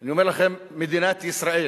אני אומר לכם: מדינת ישראל